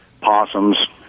possums